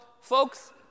folks